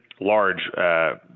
large